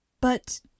But